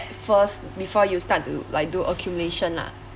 first before you start to like do accumulation lah